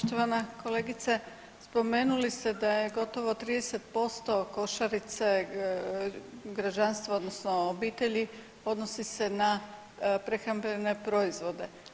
Poštovana kolegice, spomenuli ste da je gotovo 30% košarice građanstva odnosno obitelji, odnosi se na prehrambene proizvode.